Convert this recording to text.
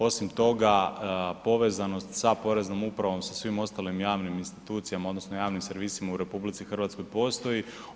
Osim toga povezanost sa Poreznom upravom, sa svim ostalim javnim institucijama odnosno javnim servisima u RH postoji.